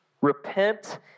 Repent